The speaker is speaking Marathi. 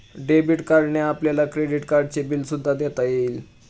डेबिट कार्डने आपल्याला क्रेडिट कार्डचे बिल सुद्धा देता येईल